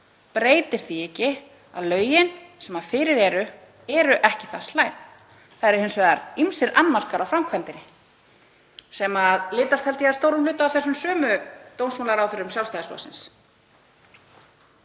breytir því ekki að lögin sem fyrir eru eru ekki það slæm. Það eru hins vegar ýmsir annmarkar á framkvæmdinni sem litast, held ég, að stórum hluta af þessum sömu dómsmálaráðherrum Sjálfstæðisflokksins.